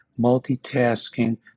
multitasking